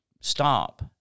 stop